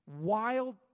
wild